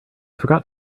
forgot